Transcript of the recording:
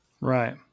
Right